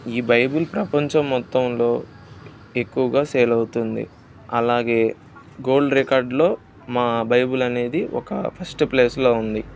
ఈ బైబిల్ ప్రపంచం మొత్తంలో ఎక్కువగా సేల్ అవుతుంది అలాగే గోల్డ్ రికార్డులో మా బైబిల్ అనేది ఒక ఫస్ట్ ప్లైస్లో ఉంది